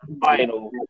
final